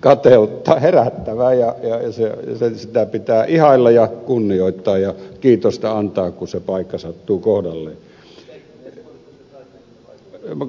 kateutta herättävä ja sitä pitää ihailla ja kunnioittaa ja siitä kiitosta antaa kun se paikka sattuu kohdalleen